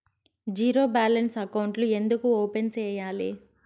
zero balance అకౌంట్లు ఎందుకు open సేయాలి